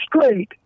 straight